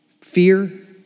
fear